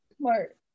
smart